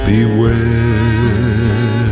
Beware